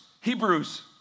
Hebrews